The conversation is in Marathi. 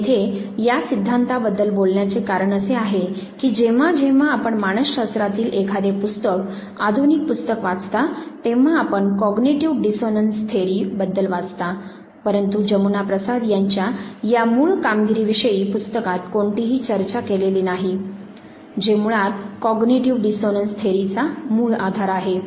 मी येथे या सिद्धांता बद्दल बोलण्याचे कारण असे आहे की जेव्हा जेव्हा आपण मानस शास्त्रातील एखादे पुस्तक आधुनिक पुस्तक वाचता तेव्हा आपण कोग्निटीव्ह डिस्सोनन्स थेअरी बद्दल वाचता परंतु जमुना प्रसाद यांच्या या मुळ कामगिरी विषयी पुस्तकात कोणतीही चर्चा केलेली नाही जे मुळात कोग्निटीव्ह डिस्सोनन्स थेअरी'चा मुळ आधार आहे